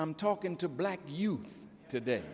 i'm talking to black youth today